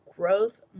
growth